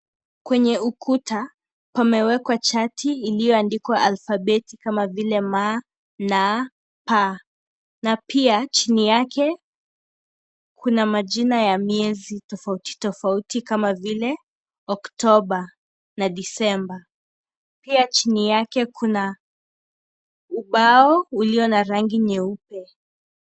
Kwenye ukuta pamewekwa chati iliyoandikwa alphabeti kama vile M ,N ,P na pia chini yake Kuna majina ya miezi tofauti tofauti kama vile oktoba na disemba pia chini yake kuna ubao uliona rangi nyeupe.